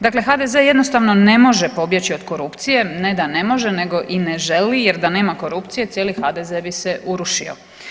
Dakle, HDZ jednostavno ne može pobjeći od korupcije, ne da ne može nego i ne želi jer da nema korupcije cijeli HDZ bi se urušio.